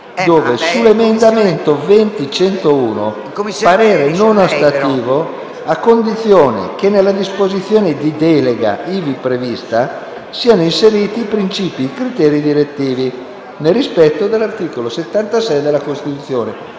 sull’emendamento 20.101. Il parere è non ostativo, a condizione che nelle disposizione di delega ivi prevista siano inseriti i principi e i criteri direttivi, nel rispetto dell’articolo 76 della Costituzione.